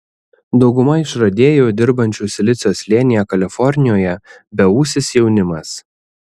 dauguma išradėjų dirbančių silicio slėnyje kalifornijoje beūsis jaunimas